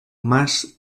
más